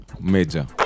Major